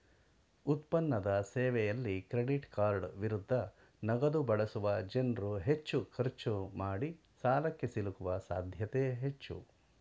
ಉತ್ಪನ್ನದ ಸೇವೆಯಲ್ಲಿ ಕ್ರೆಡಿಟ್ಕಾರ್ಡ್ ವಿರುದ್ಧ ನಗದುಬಳಸುವ ಜನ್ರುಹೆಚ್ಚು ಖರ್ಚು ಮಾಡಿಸಾಲಕ್ಕೆ ಸಿಲುಕುವ ಸಾಧ್ಯತೆ ಹೆಚ್ಚು